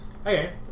okay